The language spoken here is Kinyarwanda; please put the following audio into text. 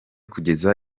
kugeza